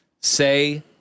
say